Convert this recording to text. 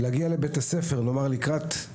להגיע לבית הספר אחר כך